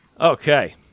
Okay